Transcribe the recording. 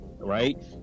Right